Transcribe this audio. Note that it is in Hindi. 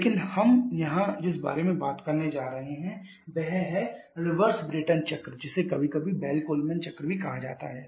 लेकिन हम यहां जिस बारे में बात करने जा रहे हैं वह है रिवर्स ब्रेटन चक्र जिसे कभी कभी बेल कोलमैन चक्र भी कहा जाता है